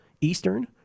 Eastern